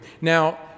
now